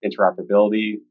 interoperability